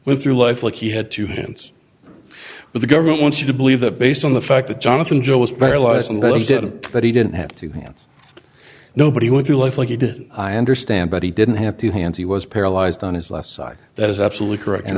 went through life like he had two hands but the government wants you to believe that based on the fact that jonathan joe was paralyzed in the exit but he didn't have two hands nobody went through life like he did i understand but he didn't have two hands he was paralyzed on his left side that is absolutely correct